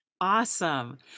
Awesome